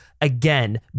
again